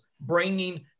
bringing